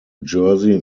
jersey